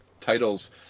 titles